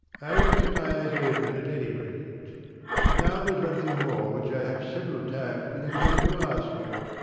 i will keep my eyes open at any rate but now there is one thing more which i have several times been intending to ask you.